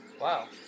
Wow